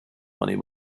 money